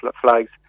flags